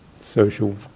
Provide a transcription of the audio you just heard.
social